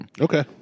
Okay